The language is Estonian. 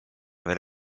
veel